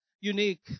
unique